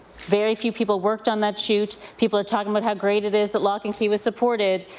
very few people worked on that shoot. people are talking about how great it is. that loche and key was supported